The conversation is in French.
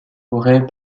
forêt